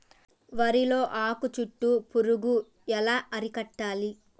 వరిలో ఆకు చుట్టూ పురుగు ఎలా అరికట్టాలి?